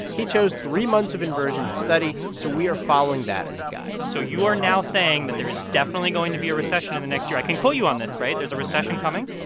he chose three months of inversion to study, so we are following that as a guide so you are now saying that there is definitely going to be a recession in the next year? i can quote you on this, right? there's a recession coming?